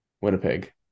Winnipeg